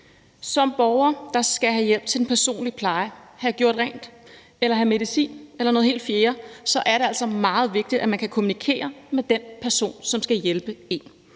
som borger skal have hjælp til den personlige pleje, have gjort rent eller have medicin eller noget helt fjerde, så er det altså meget vigtigt, at man kan kommunikere med den person, som skal hjælpe en.